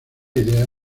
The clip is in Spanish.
idea